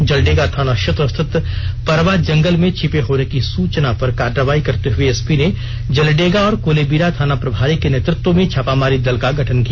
जलडेगा थाना क्षेत्र स्थित परबा जंगल में छिपे होने की सुचना पर कार्रवाई करते हुए एसपी ने जलडेगा और कोलेबिरा थाना प्रभारी के नेतृत्व में छापामारी दल का गठन किया